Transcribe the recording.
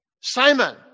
Simon